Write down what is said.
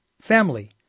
Family